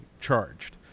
charged